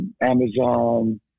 Amazon